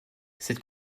cette